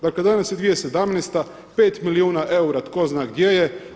Dakle, danas je 2017. 5 milijuna eura tko zna gdje je.